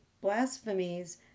blasphemies